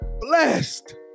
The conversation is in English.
Blessed